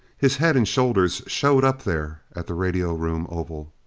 his head and shoulders showed up there at the radio room oval.